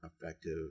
effective